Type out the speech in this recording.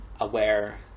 aware